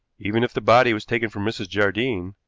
even if the body was taken for mrs. jardine,